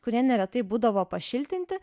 kurie neretai būdavo pašiltinti